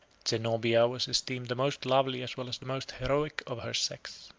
zenobia was esteemed the most lovely as well as the most heroic of her sex.